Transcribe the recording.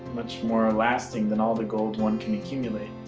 much more lasting than all the gold one can accumulate.